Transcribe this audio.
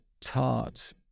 tart